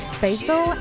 basil